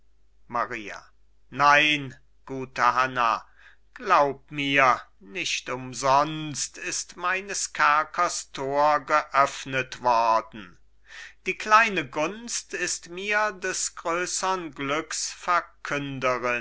maria nein gute hanna glaub mir nicht umsonst ist meines kerkers tor geöffnet worden die kleine gunst ist mir des größern